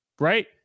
right